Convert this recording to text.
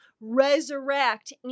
resurrect